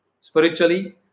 Spiritually